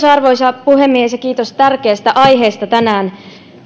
arvoisa puhemies kiitos tärkeästä aiheesta tänään